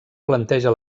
planteja